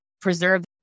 preserve